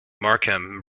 markham